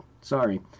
Sorry